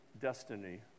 destiny